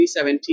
2017